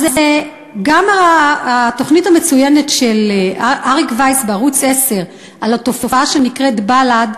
אז גם התוכנית המצוינת של אריק וייס בערוץ 10 על התופעה שנקראת בל"ד,